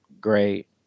great